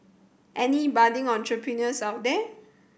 any budding entrepreneurs out there